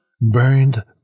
burned